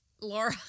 Laura